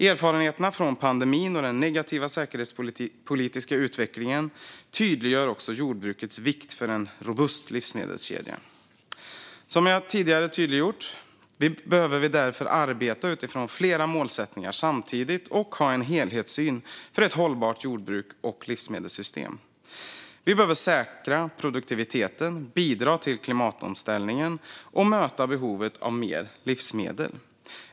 Erfarenheterna från pandemin och den negativa säkerhetspolitiska utvecklingen tydliggör också jordbrukets vikt för en robust livsmedelskedja. Som jag tidigare har tydliggjort behöver vi därför arbeta utifrån flera målsättningar samtidigt och ha en helhetssyn för ett hållbart jordbruk och livsmedelssystem. Vi behöver säkra produktiviteten, bidra till klimatomställningen och möta behovet av mer livsmedel.